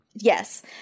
Yes